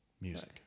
music